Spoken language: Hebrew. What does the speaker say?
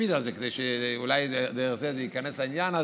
נקפיד על זה כדי שאולי דרך זה זה ייכנס לעניין,